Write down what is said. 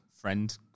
friend